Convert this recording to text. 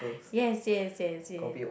yes yes yes yes